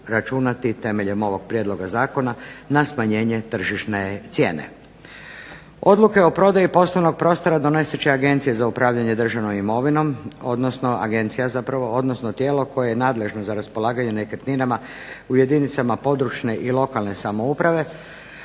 računati temeljem ovog prijedloga zakona na smanjenje tržišne cijene. Odluke o prodaji poslovnog prostora donosit će Agencije za upravljanje državnom imovinom, odnosno tijelo koje je nadležno za raspolaganje nekretninama u jedinicama područne i lokalne samouprave,